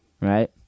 right